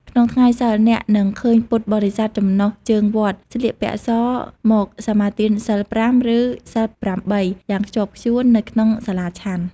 ក្នុងថ្ងៃសីល អ្នកនឹងឃើញពុទ្ធបរិស័ទចំណុះជើងវត្តស្លៀកសពាក់ស មកសមាទានសីលប្រាំ ឬសីលប្រាំបីយ៉ាងខ្ជាប់ខ្ជួននៅក្នុងសាលាឆាន់។